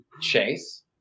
Chase